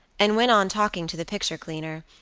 and went on talking to the picture cleaner,